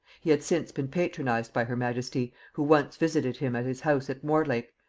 he had since been patronized by her majesty who once visited him at his house at mortlake,